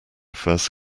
first